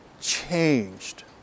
changed